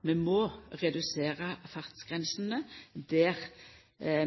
Vi må redusera fartsgrensene der